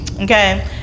okay